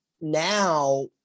now